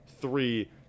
three